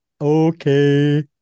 Okay